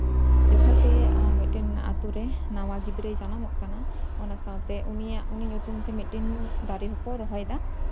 ᱡᱚᱠᱷᱚᱱ ᱜᱮ ᱢᱤᱫᱴᱮᱱ ᱟᱹᱛᱩ ᱨᱮ ᱱᱟᱣᱟ ᱜᱤᱫᱽᱨᱟᱹᱭ ᱡᱟᱱᱟᱢᱚᱜ ᱠᱟᱱᱟ ᱚᱱᱟ ᱥᱟᱶᱛᱮ ᱩᱱᱤᱭᱟᱜ ᱩᱱᱤ ᱧᱩᱛᱩᱢ ᱛᱮ ᱢᱤᱫᱴᱤᱱ ᱫᱟᱨᱮ ᱦᱚᱸᱠᱚ ᱨᱚᱦᱚᱭ ᱮᱫᱟ